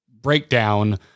breakdown